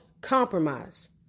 compromise